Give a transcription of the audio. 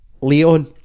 Leon